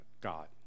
God